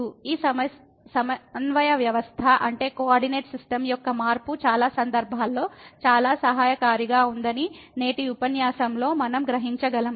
ఈ సమన్వయ వ్యవస్థ యొక్క మార్పు చాలా సందర్భాల్లో చాలా సహాయకారిగా ఉందని నేటి ఉపన్యాసంలో మనం గ్రహించగలం